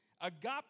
Agape